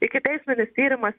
ikiteisminis tyrimas